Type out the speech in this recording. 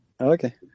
Okay